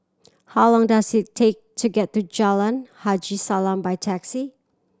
how long does it take to get to Jalan Haji Salam by taxi